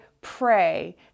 pray